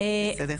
בסדר.